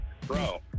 Bro